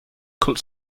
could